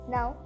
Now